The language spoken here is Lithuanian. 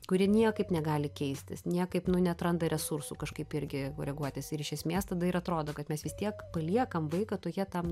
kuri niekaip negali keistis niekaip neatranda resursų kažkaip irgi koreguotis ir iš esmės tada ir atrodo kad mes vis tiek paliekam vaiką tokie tam